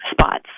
spots